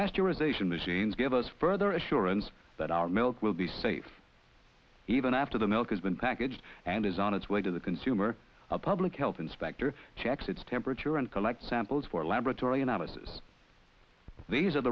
pasteurization machines give us further assurance that our milk will be safe even after the milk has been packaged and is on its way to the consumer a public health inspector checks its temperature and collect samples for laboratory analysis these are